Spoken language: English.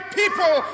people